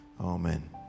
Amen